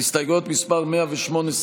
אדוני השר,